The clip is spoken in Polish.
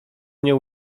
nie